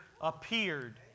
appeared